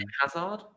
Hazard